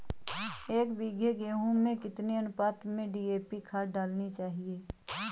एक बीघे गेहूँ में कितनी अनुपात में डी.ए.पी खाद डालनी चाहिए?